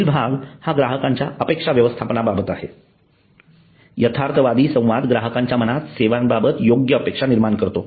पुढील भाग हा ग्राहकांच्या अपेक्षा व्यवस्थापनाबाबत आहे यथार्थवादी संवाद ग्राहकांच्या मनात सेवांबाबत योग्य अपेक्षा निर्माण करतो